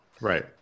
Right